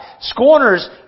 Scorners